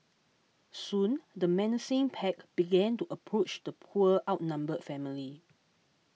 soon the menacing pack began to approach the poor outnumbered family